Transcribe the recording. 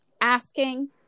asking